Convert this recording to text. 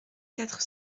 quatre